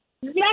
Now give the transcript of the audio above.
Yes